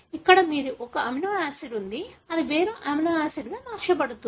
ఇక్కడ మీకు ఒక అమినో ఆసిడ్ ఉంది అది వేరే అమినో ఆసిడ్ గా మార్చబడుతుంది